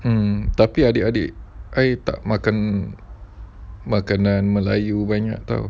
um tapi adik-adik I tak makan makanan melayu banyak [tau]